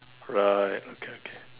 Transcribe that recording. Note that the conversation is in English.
right okay okay